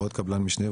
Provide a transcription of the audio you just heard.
ועוד קבלן משנה,